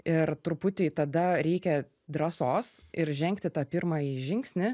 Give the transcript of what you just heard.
ir truputį tada reikia drąsos ir žengti tą pirmąjį žingsnį